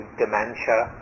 dementia